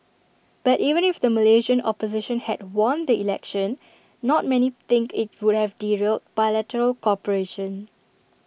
but even if the Malaysian opposition had won the election not many think IT would have derailed bilateral cooperation